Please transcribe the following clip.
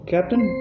Captain